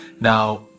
now